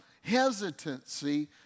hesitancy